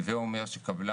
הווה אומר שקבלן,